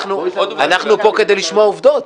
קודם כול, אנחנו פה כדי לשמוע עובדות.